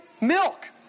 milk